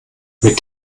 mit